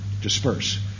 disperse